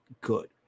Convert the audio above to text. good